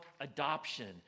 adoption